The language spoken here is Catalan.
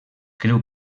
creu